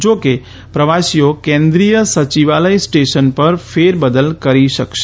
જો કે પ્રવાસીઓ કેન્દ્રિય સચિવાલય સ્ટેશન પર ફેરબદલ કરી શકે છે